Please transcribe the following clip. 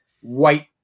white